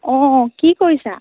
অ কি কৰিছা